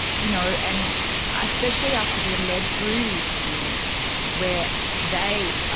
you know, and especially after they're led through the experience where they,